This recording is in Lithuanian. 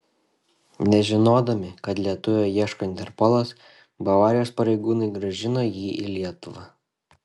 nežinodami kad lietuvio ieško interpolas bavarijos pareigūnai grąžino jį į lietuvą